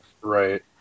right